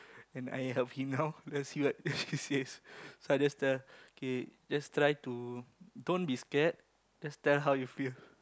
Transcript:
and I now let's see what she says so I just tell K just try to don't be scared just tell how you feel